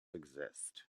exist